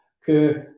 que